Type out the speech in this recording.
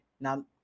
Now